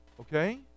Okay